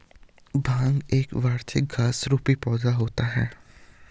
भांग एक वार्षिक घास रुपी पौधा होता है